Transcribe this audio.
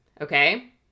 okay